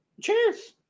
Cheers